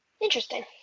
Interesting